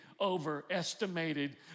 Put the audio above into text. overestimated